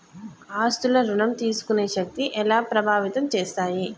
ఆస్తుల ఋణం తీసుకునే శక్తి ఎలా ప్రభావితం చేస్తాయి?